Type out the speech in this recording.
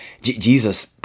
Jesus